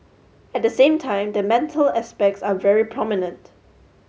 at the same time the mental aspects are very prominent